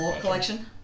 collection